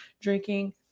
drinking